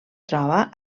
troba